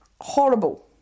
Horrible